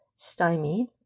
stymied